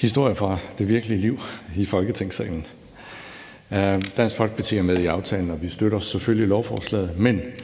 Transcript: historier fra det virkelige liv her i Folketingssalen. Dansk Folkeparti er med i aftalen, og vi støtter selvfølgelig lovforslaget.